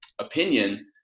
opinion